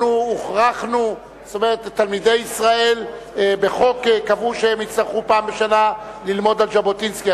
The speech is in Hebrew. קבעו בחוק שתלמידי ישראל יצטרכו פעם בשנה ללמוד על ז'בוטינסקי.